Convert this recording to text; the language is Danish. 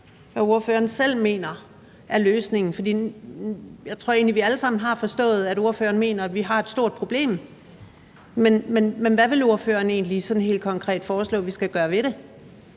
hvad ordføreren selv mener er løsningen. Jeg tror egentlig, at vi alle sammen har forstået, at ordføreren mener, at vi har et stort problem, men hvad vil ordføreren egentlig sådan helt konkret forslå at vi skal gøre ved det?